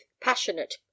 passionate